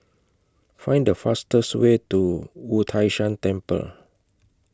Find The fastest Way to Wu Tai Shan Temple